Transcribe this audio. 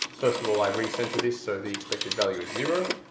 first of all, i recentre this. so the expected value is zero.